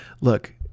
look